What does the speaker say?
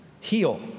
heal